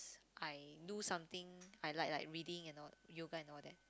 I do something I like like reading and all yoga and all that